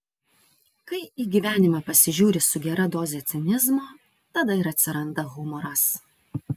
kai į gyvenimą pasižiūri su gera doze cinizmo tada ir atsiranda humoras